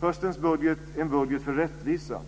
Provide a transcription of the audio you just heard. Höstens budget är en budget för rättvisa.